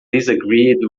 disagreed